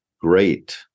great